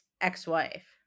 ex-wife